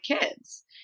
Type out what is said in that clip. kids